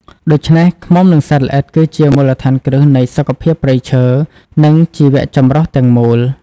ដូច្នេះ ឃ្មុំ និងសត្វល្អិតគឺជាមូលដ្ឋានគ្រឹះនៃសុខភាពព្រៃឈើ និងជីវៈចម្រុះទាំងមូល។